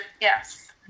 yes